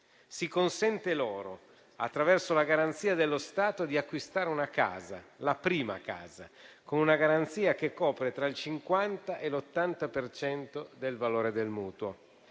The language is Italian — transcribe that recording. Si consente loro, attraverso la garanzia dello Stato, di acquistare una casa, la prima casa, con una garanzia che copre tra il 50 e l'80 per cento del valore del mutuo.